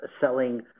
selling